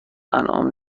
انعام